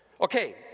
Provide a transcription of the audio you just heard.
Okay